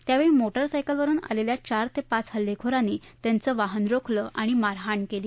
त्यावेळी मो उसायकलवरून आलेल्या चार ते पाच हल्लेखोरांनी त्यांचे वाहन रोखलं आणि त्यांना मारहाण केली